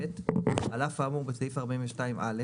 על אף האמור בסעיף 42(א),